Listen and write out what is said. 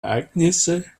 ereignisse